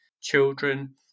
children